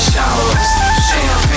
Champagne